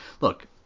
look